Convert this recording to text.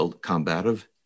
combative